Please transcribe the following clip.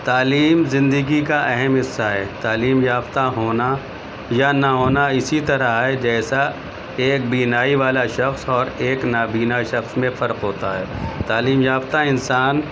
تعلیم زندگی کا اہم حصہ ہے تعلیم یافتہ ہونا یا نہ ہونا اسی طرح ہے جیسا ایک بینائی والا شخص اور ایک نابینا شخص میں فرق ہوتا ہے تعلیم یافتہ انسان